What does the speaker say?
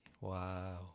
wow